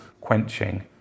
quenching